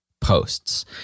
posts